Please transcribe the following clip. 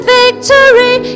victory